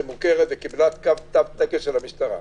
היא מוכרת וקיבלה תו תקן של המשטרה.